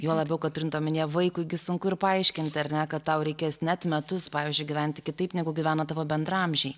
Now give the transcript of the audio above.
juo labiau kad turint omenyje vaikui sunku ir paaiškinti ar ne kad tau reikės net metus pavyzdžiui gyventi kitaip negu gyveno tavo bendraamžiai